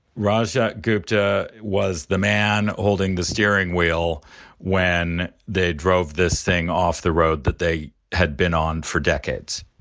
rajat gupta was the man holding the steering wheel when they drove this thing off the road that they had been on for decades